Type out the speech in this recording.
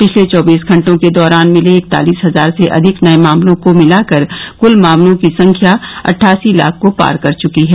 पिछले चौबीस घंटों के दौरान मिले इकतालीस हजार से अधिक नये मामलों को मिलाकर कुल मामलों की संख्या अट्ठासी लाख को पार कर चुकी है